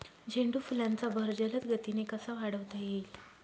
झेंडू फुलांचा बहर जलद गतीने कसा वाढवता येईल?